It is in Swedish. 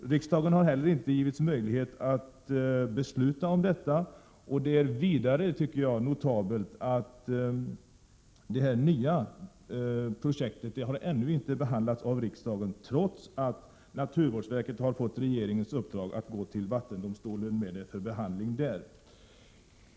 Riksdagen har inte heller givits möjlighet att besluta om detta. Vidare tycker jag det är notabelt att det nya projektet ännu inte behandlats av riksdagen, trots att naturvårdsverket fått regeringens uppdrag att gå till vattendomstolen med det för behandling där.